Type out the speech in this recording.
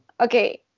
okay